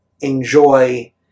enjoy